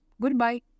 Goodbye